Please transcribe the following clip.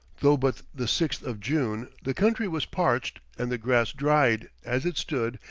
though but the sixth of june, the country was parched, and the grass dried, as it stood,